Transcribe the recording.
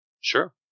sure